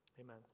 Amen